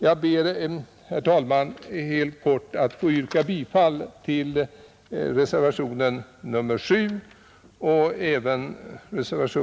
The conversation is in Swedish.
Jag ber, herr talman, att få yrka bifall till reservationerna 7 och 9.